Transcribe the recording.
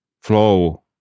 flow